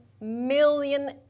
million